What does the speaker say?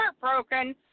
heartbroken